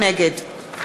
נגד